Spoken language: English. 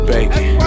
Bacon